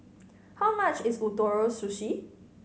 how much is Ootoro Sushi